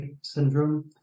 syndrome